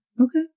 okay